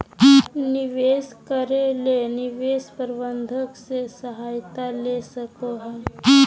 निवेश करे ले निवेश प्रबंधक से सहायता ले सको हो